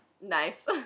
Nice